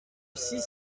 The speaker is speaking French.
six